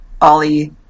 Ollie